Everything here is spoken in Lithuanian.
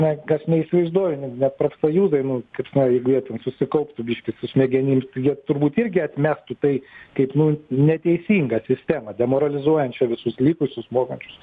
na kas neįsivaizduoju net profsąjūzai nu ta prasme jeigu jie ten susikauptų biškį su smegenim tai jie turbūt irgi atmestų tai kaip nu neteisingą sistemą demoralizuojančią visus likusius mokančius